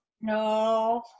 No